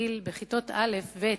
כיתות א' וב',